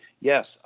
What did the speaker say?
Yes